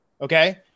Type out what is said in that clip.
Okay